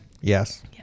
Yes